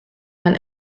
man